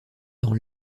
dans